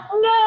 no